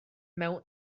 mewn